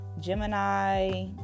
Gemini